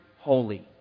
holy